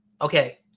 Okay